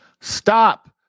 stop